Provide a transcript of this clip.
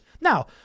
Now